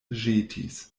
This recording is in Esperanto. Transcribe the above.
ĵetis